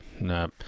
no